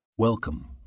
Welcome